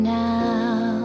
now